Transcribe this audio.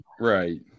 Right